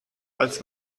als